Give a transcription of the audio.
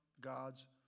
God's